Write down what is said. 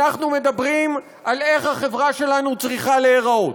אנחנו מדברים על איך החברה שלנו צריכה להיראות,